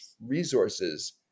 resources